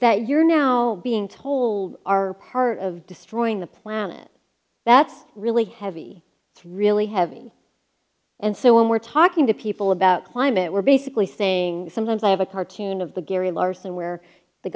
that you're now being told are part of destroying the planet that's really heavy it's really heavy and so when we're talking to people about climate we're basically saying sometimes i have a cartoon of the gary larson where the